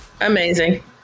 Amazing